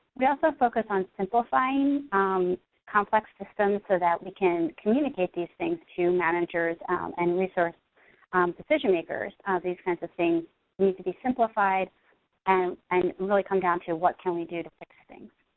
we also focus on simplifying complex systems, so that we can communicate these things to managers and resource decision makers. these kinds of things need to be simplified and and really come down to what can we do to fix things?